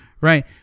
right